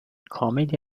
کاملی